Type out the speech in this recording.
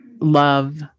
love